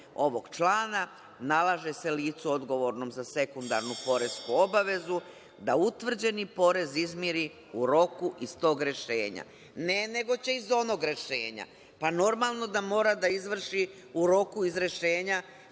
ovog člana, nalaže se licu odgovornom za sekundarnu poresku obavezu da utvrđeni porez izmiri u roku iz tog rešenja. Ne, nego će iz onog rešenja. Pa normalno da mora da izvrši u roku koji